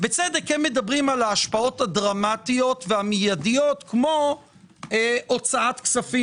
בצדק הם מדברים על ההשפעות הדרמטיות והמיידיות כמו הוצאת כספים